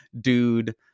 Dude